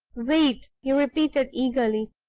wait! he repeated, eagerly,